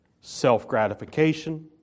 self-gratification